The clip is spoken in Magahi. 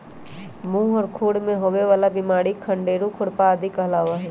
मुह और खुर में होवे वाला बिमारी खंडेरू, खुरपा आदि कहलावा हई